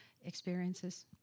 experiences